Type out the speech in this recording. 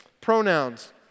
Pronouns